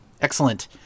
Excellent